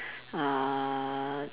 uh